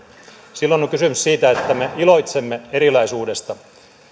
silloin on on kysymys siitä että me iloitsemme erilaisuudesta